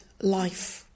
life